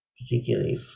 particularly